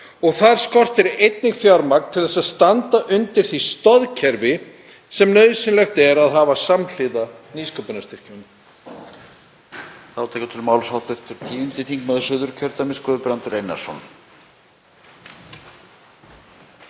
er. Þar skortir einnig fjármagn til að standa undir því stoðkerfi sem nauðsynlegt er að hafa samhliða nýsköpunarstyrkjunum.